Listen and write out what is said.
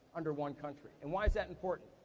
under one country. and why is that important?